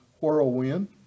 whirlwind